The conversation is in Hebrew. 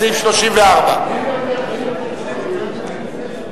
בסעיף 34. אין יותר הסתייגויות לפני זה?